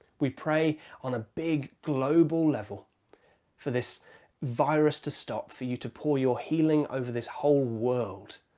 we pray on a big global level for this virus to stop. for you to pour your healing over this whole world.